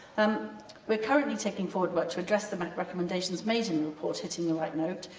um we're currently taking forward work to address the recommendations made in the report, hitting the right note.